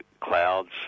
clouds